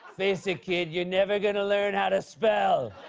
face it, kid, you're never going to learn how to spell.